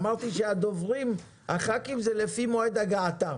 אמרתי שהדוברים מבין חברי הכנסת זה לפי מועד הגעתם.